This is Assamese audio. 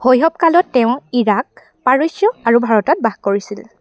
শৈশৱকালত তেওঁ ইৰাক পাৰস্য আৰু ভাৰতত বাস কৰিছিল